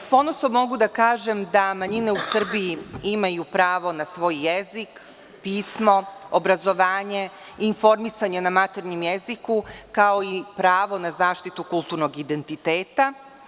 S ponosom mogu da kažem da manjine u Srbiji imaju pravo na svoj jezik, pismo, obrazovanje, informisanje na maternjem jeziku, kao i pravo na zaštitu kulturnog identiteta.